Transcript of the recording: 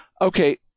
Okay